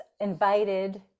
invited